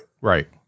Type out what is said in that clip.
Right